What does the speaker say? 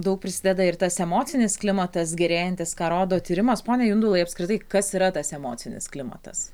daug prisideda ir tas emocinis klimatas gerėjantis ką rodo tyrimas pone jundulai apskritai kas yra tas emocinis klimatas